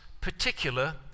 particular